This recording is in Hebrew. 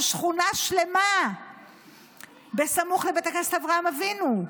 שכונה שלמה סמוך לבית הכנסת אברהם אבינו.